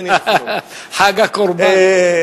חג הקורבן.